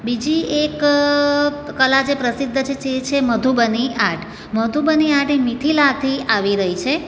બીજી એક કલા જે પ્રસિદ્ધ છે જે છે મધુબની આર્ટ મધુબની આર્ટ એ મિથિલાથી આવી રહી છે